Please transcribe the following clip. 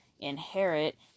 inherit